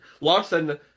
Larson